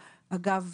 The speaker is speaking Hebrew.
אגב,